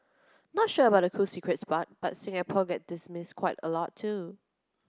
not sure about the cool secrets part but Singapore gets dismissed quite a lot too